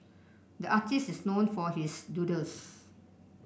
the artist is known for his doodles